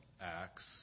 Acts